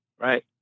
Right